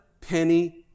penny